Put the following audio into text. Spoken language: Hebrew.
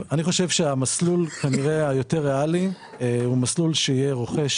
המסלול היותר ריאלי הוא מסלול שיהיה רוכש